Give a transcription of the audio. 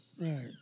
Right